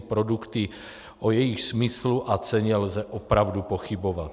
Produkty, o jejichž smyslu a ceně lze opravdu pochybovat.